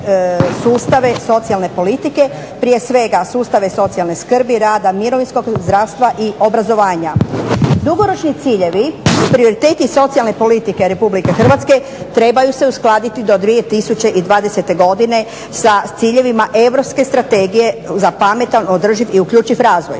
sustave socijalne politike, prije svega sustave socijalne skrbi, rada, mirovinskog, zdravstva i obrazovanja. Dugoročni ciljevi i prioriteti socijalne politike Republike Hrvatske trebaju se uskladiti do 2020. godine sa ciljevima Europske strategije za pametan, održiv i uključiv razvoj